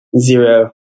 Zero